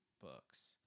books